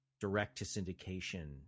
direct-to-syndication